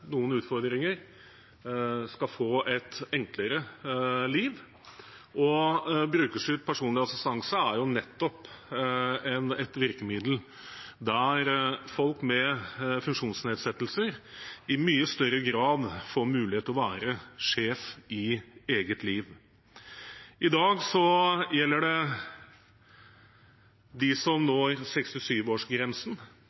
noen utfordringer, skal få et enklere liv. Brukerstyrt personlig assistanse er nettopp et virkemiddel der folk med funksjonsnedsettelser i mye større grad får mulighet til å være sjef i eget liv. I dag gjelder det dem som